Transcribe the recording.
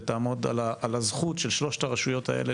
ותעמוד על הזכות של שלושת הרשויות האלה